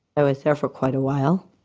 i was there for quite a while.